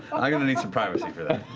i'm going to need some privacy for that.